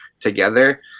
together